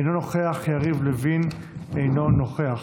אינו נוכח, יריב לוין, אינו נוכח,